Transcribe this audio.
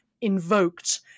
invoked